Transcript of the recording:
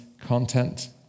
content